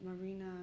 Marina